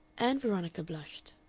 ann veronica blushed.